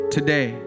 Today